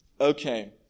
Okay